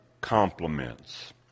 compliments